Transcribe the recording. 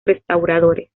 restauradores